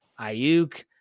Ayuk